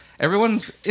Everyone's